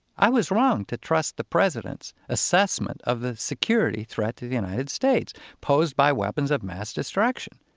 i was wrong to trust the president's assessment of the security threat to the united states posed by weapons of mass destruction.